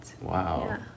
Wow